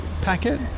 packet